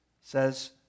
says